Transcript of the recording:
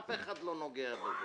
שאף אחד לא נוגע בו.